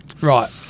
Right